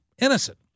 innocent